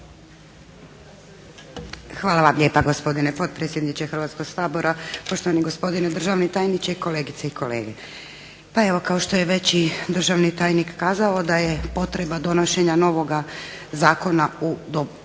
Hvala vam lijepa, gospodine potpredsjedniče Hrvatskoga sabora. Poštovani gospodine državni tajniče, kolegice i kolege. Pa evo kao što je već i državni tajnik kazao da je potreba donošenja novoga Zakona o